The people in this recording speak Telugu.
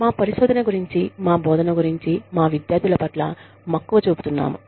మా పరిశోధన గురించి మా బోధన గురించి మా విద్యార్థుల పట్ల మక్కువ చూపుతున్నాము